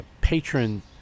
patron